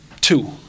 two